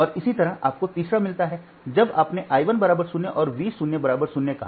और इसी तरह आपको तीसरा मिलता है जब आपने I 1 0 और V 0 0 कहा